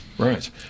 Right